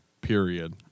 period